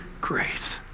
grace